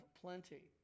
plenty